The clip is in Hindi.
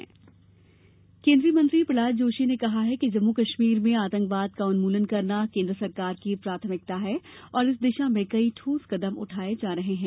कश्मीर जस केंद्रीय मंत्री प्रह्लाद जोशी ने कहा है कि जम्मू कश्मीर में आतंकवाद का उन्मूलन करना केंद्र सरकार की प्राथमिकता है और इस दिशा में कई ठोस कदम उठाए जा रहे हैं